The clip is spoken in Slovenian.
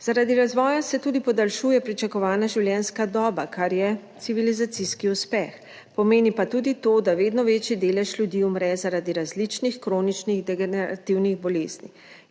Zaradi razvoja se tudi podaljšuje pričakovana življenjska doba, kar je civilizacijski uspeh, pomeni pa tudi to, da vedno večji delež ljudi umre zaradi različnih kroničnih degenerativnih bolezni.